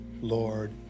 Lord